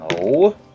No